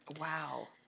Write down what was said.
Wow